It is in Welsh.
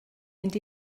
mynd